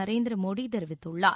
நரேந்திர மோடி தெரிவித்துள்ளார்